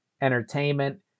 entertainment